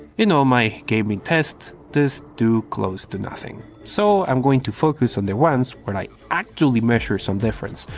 in all my gaming test these do close to nothing. so i am going to focus on the ones where i could actually measure some difference.